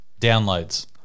downloads